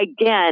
again